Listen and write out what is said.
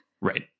Right